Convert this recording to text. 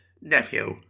Nephew